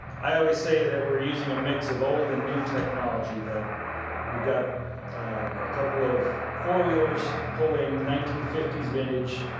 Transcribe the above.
i always say that we're using a mix of old and new technology. that we've got a couple of four-wheelers pulling nineteen fifty s vintage,